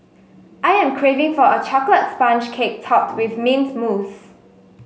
I am craving for a chocolate sponge cake topped with mint mousse